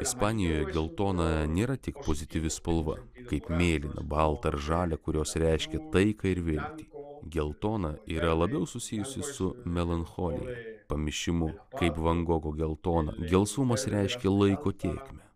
ispanijoje geltona nėra tik pozityvi spalva kaip mėlyna balta ar žalia kurios reiškia taiką ir viltį geltona yra labiau susijusi su melancholija pamišimu kaip van gogo geltona gelsvumas reiškia laiko tėkmę